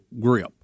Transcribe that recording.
grip